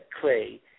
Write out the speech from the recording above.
Clay